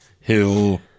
Hill